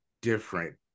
different